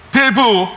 people